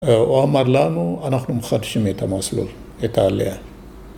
הוא אמר לנו אנחנו מחדשים את המסלול, את העלייה